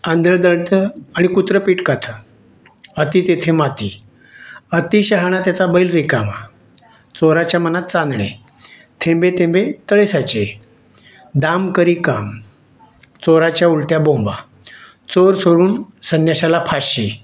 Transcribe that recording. आंधळं दळतं आणि कुत्रं पिठ खातं अति तेथे माती अति शहाणा त्याचा बैल रिकामा चोराच्या मनात चांदणे थेंबे थेंबे तळे साचे दाम करी काम चोराच्या उलट्या बोंबा चोर सोडून संन्याशाला फाशी